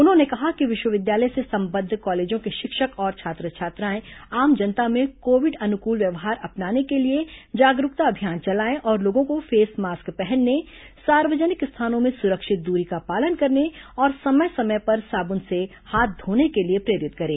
उन्होंने कहा कि विश्वविद्यालय से संबद्ध कॉलेजों के शिक्षक और छात्र छात्राएं आम जनता में कोविड अनुकूल व्यवहार अपनाने के लिए जागरूकता अभियान चलाएं और लोगों को फेस मास्क पहनने सार्वजनिक स्थानों में सुरक्षित दूरी का पालन करने और समय समय पर साबुन से हाथ धोने के लिए प्रेरित करें